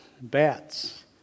bats